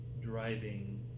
driving